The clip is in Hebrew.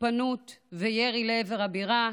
תוקפנות וירי לעבר הבירה,